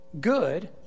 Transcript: good